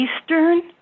eastern